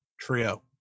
Trio